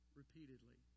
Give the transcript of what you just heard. repeatedly